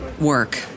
work